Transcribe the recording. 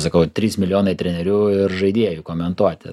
sakau trys milijonai trenerių ir žaidėjų komentuoti